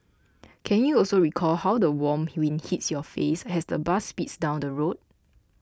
can you also recall how the warm wind hits your face as the bus speeds down the road